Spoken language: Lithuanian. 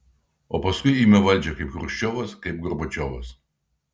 o paskui ima valdžią kaip chruščiovas kaip gorbačiovas